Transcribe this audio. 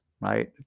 right